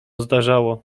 zdarzało